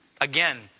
again